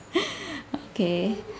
okay